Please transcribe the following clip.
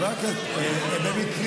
הוא יכול להשיב.